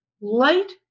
light